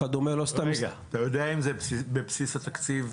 רגע, רגע, אתה יודע אם זה בבסיס התקציב?